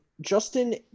Justin